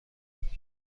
اونجا